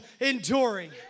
enduring